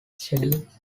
schedules